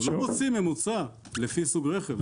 שמוציא ממוצע לפי סוג רכב.